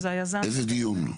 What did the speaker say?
איזה דיון?